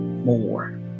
more